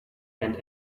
and